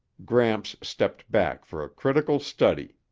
gramps stepped back for a critical study.